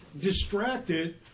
distracted